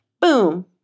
boom